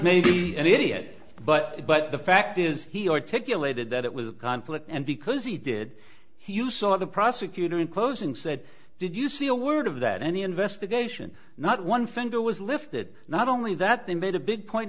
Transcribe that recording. maybe anybody it but but the fact is he articulated that it is a conflict and because he did he you saw the prosecutor in closing said did you see a word of that any investigation not one finger was lifted not only that they made a big point